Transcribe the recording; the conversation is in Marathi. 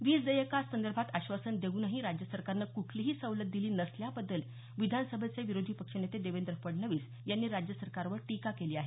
वीज देयकासदर्भात आश्वासन देऊनही राज्य सरकारनं कुठलीही सवलत दिली नसल्याबद्दल विधानसभेचे विरोधी पक्षनेते देवेंद्र फडणवीस यांनी राज्य सरकारवर टीका केली आहे